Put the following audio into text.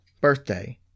birthday